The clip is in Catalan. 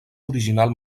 original